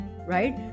right